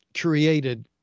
created